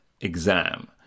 exam